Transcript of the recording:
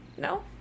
No